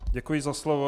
Děkuji za slovo.